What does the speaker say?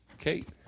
Kate